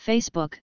Facebook